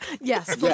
Yes